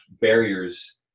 barriers